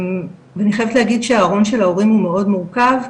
ואני חייבת להגיד שהארון של ההורים הוא מאוד מורכב,